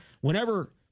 whenever